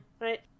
Right